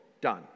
Done